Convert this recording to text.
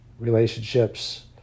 relationships